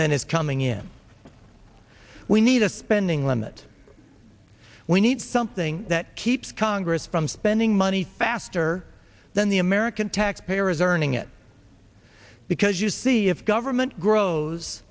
than is coming in we need a spending limit we need something that keeps congress from spending money faster than the american taxpayer is earning it because you see if government grows